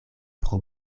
pro